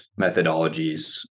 methodologies